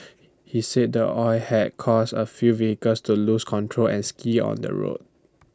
he said the oil had caused A few vehicles to lose control and skid on the road